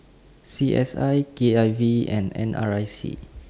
C S I K I V and N R I C